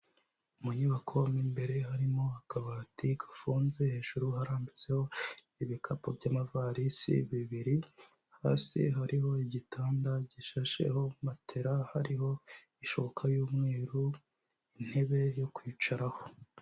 Mu nyubako mo imbere harimo akabati gafunze, hejuru harambitseho ibikapu by'amavarisi bibiri, hasi hariho igitanda gishasheho matera, hariho ishuka y'umweru, intebe yo kwicaraho.